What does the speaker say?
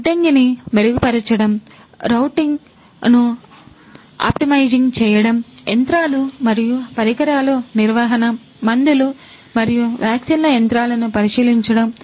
గిడ్డంగిని మెరుగుపరచడం రౌటింగ్ చేయడం యంత్రాలు మరియు పరికరాల నిర్వహణ మందులు మరియు వ్యాక్సిన్ల యంత్రాలను పరిశీలించడం